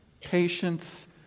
patience